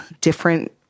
different